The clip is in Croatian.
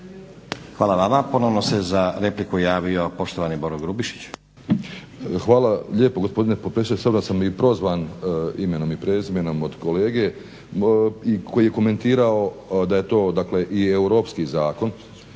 Hvala vama. Ponovno se za repliku javio poštovani Boro Grubišić.